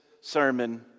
sermon